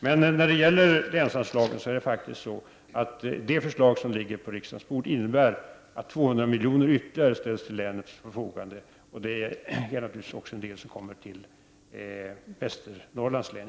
Men när det gäller länsanslagen är det faktiskt på det sättet att det förslag som ligger på riksdagens bord innebär att ytterligare 200 milj.kr. ställs till förfogande. Pengar kommer naturligtvis även till Västernorrlands län.